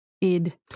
Id